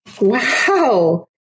Wow